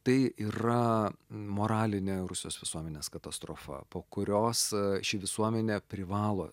tai yra moralinė rusijos visuomenės katastrofa po kurios ši visuomenė privalo